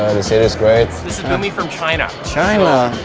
the city's great. this is boomie from china. china?